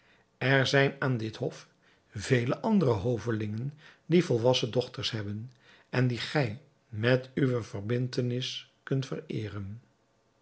er zijn aan dit hof vele andere hovelingen die volwassen dochters hebben en die gij met uwe verbindtenis kunt vereeren